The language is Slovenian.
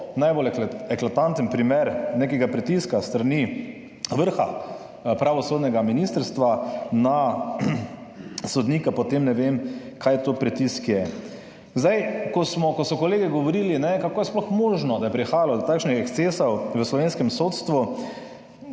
najbolj eklatanten primer nekega pritiska s strani vrha pravosodnega ministrstva na sodnika, potem ne vem, kaj je to pritisk. Ko so kolegi govorili, kako je sploh možno, da je prihajalo do takšnih ekscesov v slovenskem sodstvu